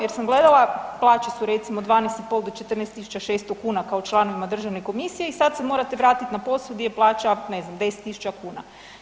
Jer sam gledala, plaće su recimo 12,500 do 14 600 kn kao članovima Državne komisije i sad se morate vratiti na posao gdje je plaća, ne znam, 10 000 kuna.